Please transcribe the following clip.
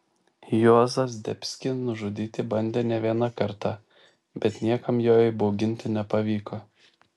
juozą zdebskį nužudyti bandė ne vieną kartą bet niekam jo įbauginti nepavyko